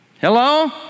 Hello